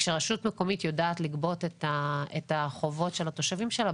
כשרשות מקומית יודעת לגבות את החובות של התושבים שלה,